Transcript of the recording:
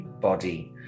body